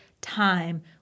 time